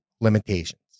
limitations